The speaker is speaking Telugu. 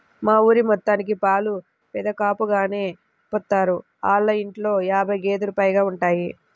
మా ఊరి మొత్తానికి పాలు పెదకాపుగారే పోత్తారు, ఆళ్ళ ఇంట్లో యాబై గేదేలు పైగా ఉంటయ్